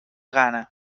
gana